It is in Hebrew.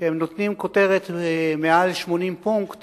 כשהם נותנים כותרת מעל 80 פונקט